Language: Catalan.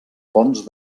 fonts